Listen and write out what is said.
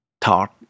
tart